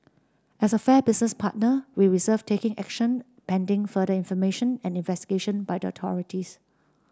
as a fair business partner we reserved taking action pending further information and investigation by the authorities